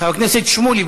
חבר הכנסת שמולי,